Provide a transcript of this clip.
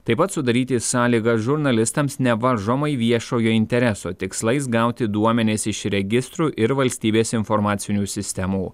taip pat sudaryti sąlygas žurnalistams nevaržomai viešojo intereso tikslais gauti duomenis iš registrų ir valstybės informacinių sistemų